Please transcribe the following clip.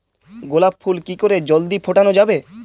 গোলাপ ফুল কি করে জলদি ফোটানো যাবে?